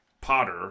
Potter